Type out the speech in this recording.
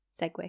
segue